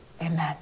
Amen